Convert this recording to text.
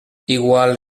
igual